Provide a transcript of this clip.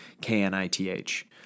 K-N-I-T-H